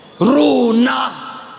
Runa